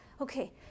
Okay